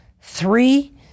Three